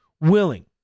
willing